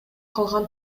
калган